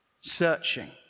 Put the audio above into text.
searching